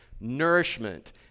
nourishment